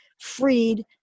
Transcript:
freed